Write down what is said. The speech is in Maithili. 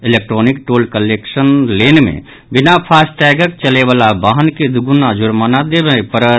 इलेक्ट्रोनिक टोल कलेक्शन लेन मे बिना फास्टैगक चलय वला वाहन के दूगुना जुर्माना देबय पड़त